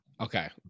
Okay